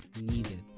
needed